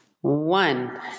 one